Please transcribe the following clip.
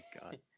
God